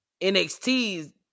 NXT's